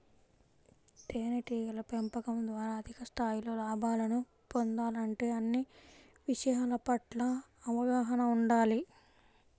తేనెటీగల పెంపకం ద్వారా అధిక స్థాయిలో లాభాలను పొందాలంటే అన్ని విషయాల పట్ల అవగాహన ఉండాలి